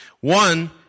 One